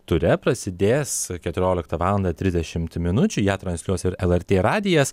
ture prasidės keturioliktą valandą trisdešim minučių ją transliuos ir lrt radijas